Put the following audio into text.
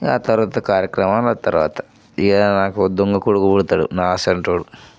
ఆ తర్వాత కార్యక్రమాలు ఆ తర్వాత ఇంక నాకు దొంగ కొడుకు పుడతాడు నా అసంటోడు